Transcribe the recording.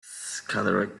scattered